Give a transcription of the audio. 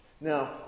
Now